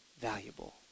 valuable